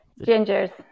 Gingers